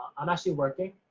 i'm actually working